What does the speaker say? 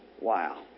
Wow